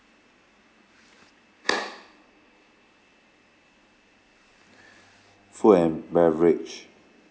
food and beverage